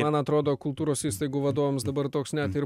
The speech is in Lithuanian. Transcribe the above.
man atrodo kultūros įstaigų vadovams dabar toks net ir